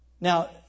Now